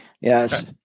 Yes